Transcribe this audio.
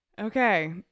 Okay